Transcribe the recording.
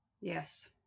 Yes